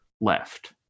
left